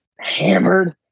hammered